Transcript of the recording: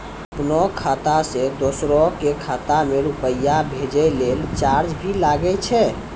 आपनों खाता सें दोसरो के खाता मे रुपैया भेजै लेल चार्ज भी लागै छै?